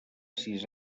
sis